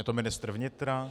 Je to ministr vnitra?